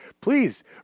please